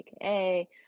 AKA